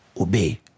obey